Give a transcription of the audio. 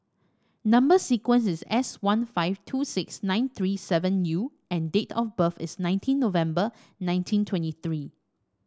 number sequence is S one five two six nine three seven U and date of birth is nineteen November nineteen twenty three